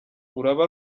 uraba